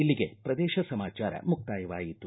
ಇಲ್ಲಿಗೆ ಪ್ರದೇಶ ಸಮಾಚಾರ ಮುಕ್ತಾಯವಾಯಿತು